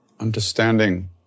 Understanding